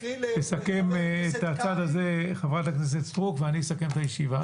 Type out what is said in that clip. תסכם את הצד הזה חברת הכנסת סטרוק ואני אסכם את הישיבה.